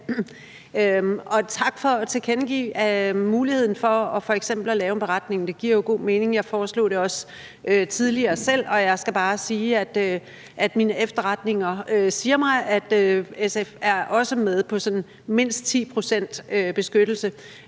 tak for at tilkendegive muligheden for f.eks. at lave en beretning. Det giver jo god mening. Jeg foreslog det også tidligere selv, og jeg skal bare sige, at mine efterretninger siger mig, at SF også er med på sådan mindst 10 pct. beskyttelse.